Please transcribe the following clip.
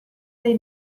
dei